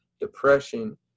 depression